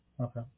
okay